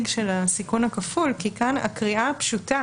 של הסיכון הכפול כי כאן זה הקריאה הפשוטה